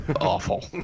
awful